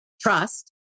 trust